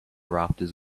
rafters